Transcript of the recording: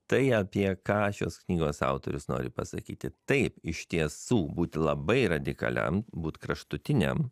tai apie ką šios knygos autorius nori pasakyti taip iš tiesų būti labai radikaliam būt kraštutiniam